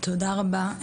תודה רבה.